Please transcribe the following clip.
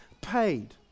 paid